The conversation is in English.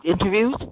interviews